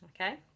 Okay